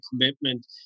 commitment